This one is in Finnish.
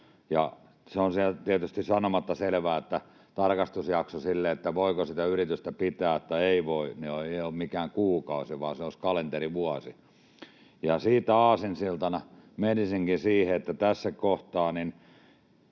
se on tietysti sanomatta selvää, että tarkastusjakso silleen, voiko sitä yritystä pitää vai ei, ei ole mikään kuukausi, vaan se olisi kalenterivuosi. Siitä aasinsiltana menisinkin siihen, että tässä kohtaa